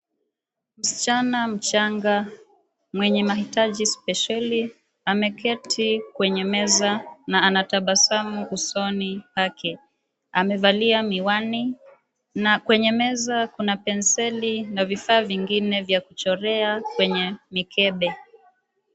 Msichana mchanga, mwenye mahitaji spesheli ameketi kwenye meza na ana tabasamu usoni mwake. Amevalia miwani na kwenye meza kuna penseli na vifaa vingine vya kuchorea kwenye mikebe..